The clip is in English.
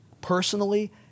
personally